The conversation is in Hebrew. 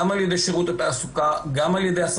גם על ידי שירות התעסוקה,